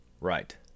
Right